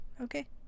okay